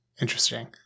Interesting